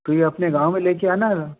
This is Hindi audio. तो ये अपने गाँव में लेके आना